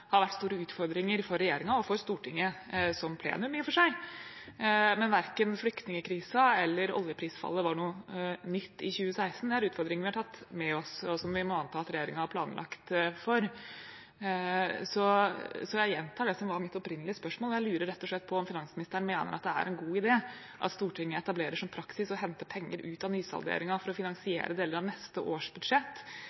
for seg. Men verken flyktningkrisen eller oljeprisfallet var noe nytt i 2016. Det er utfordringer vi har tatt med oss, og som vi må anta at regjeringen har planlagt for. Så jeg gjentar det som var mitt opprinnelige spørsmål: Jeg lurer rett og slett på om finansministeren mener at det er en god idé at Stortinget etablerer som praksis å hente penger ut av nysalderingen for å